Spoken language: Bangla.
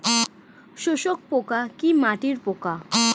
শোষক পোকা কি মাটির পোকা?